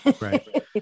Right